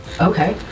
Okay